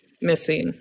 missing